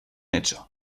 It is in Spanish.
hecho